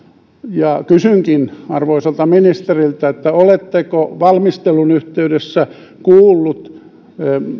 kysynkin arvoisalta ministeriltä oletteko valmistelun yhteydessä kuullut